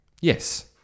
Yes